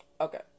Okay